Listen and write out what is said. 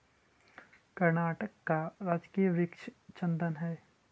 कर्नाटक का राजकीय वृक्ष चंदन हई